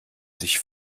sich